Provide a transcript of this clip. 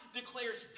declares